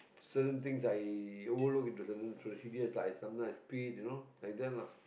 certain things I overlook into certain procedures lah I sometimes I speed you know like that lah